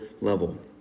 level